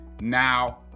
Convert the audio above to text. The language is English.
Now